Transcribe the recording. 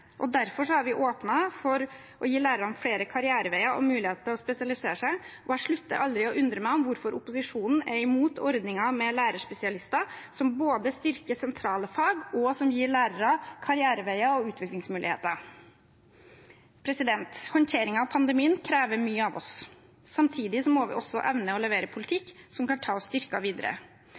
Derfor har vi åpnet for å gi lærerne flere karriereveier og mulighet til å spesialisere seg. Jeg slutter aldri å undre meg over hvorfor opposisjonen er imot ordningen med lærerspesialister, som både styrker sentrale fag, og som gir lærere karriereveier og utviklingsmuligheter. Håndteringen av pandemien krever mye av oss. Samtidig må vi også evne å levere politikk som kan ta oss styrket videre.